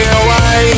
away